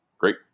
Great